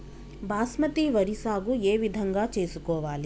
బాస్మతి వరి సాగు ఏ విధంగా చేసుకోవాలి?